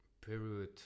period